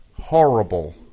horrible